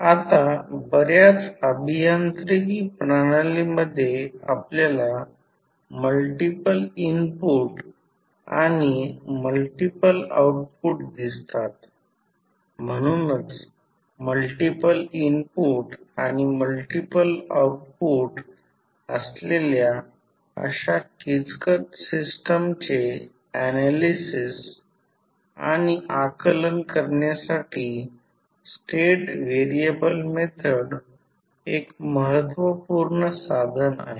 आता बर्याच अभियांत्रिकी प्रणालीमध्ये आपल्याला मल्टिपल इनपुट आणि मल्टिपल आउटपुट दिसतात म्हणूनच मल्टिपल इनपुट आणि मल्टिपल आउटपुट असलेल्या अशा किचकट सिस्टम्सचे ऍनालिसिस आणि आकलन करण्यासाठी स्टेट व्हेरिएबल मेथड एक महत्त्वपूर्ण साधन आहे